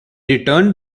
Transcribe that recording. returned